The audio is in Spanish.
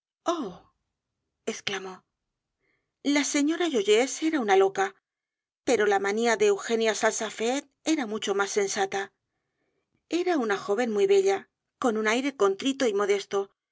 exclamó la señora joyeuse era una loca pero la manía de eugenia salsafette era mucho más sensata era una joven muy bella con aire contrito el